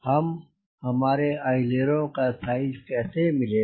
हम हमारे अइलेरों का साइज कैसे मिलेगा